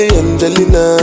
angelina